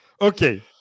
Okay